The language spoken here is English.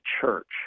church